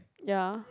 ya